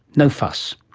no fuss,